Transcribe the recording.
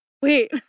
Wait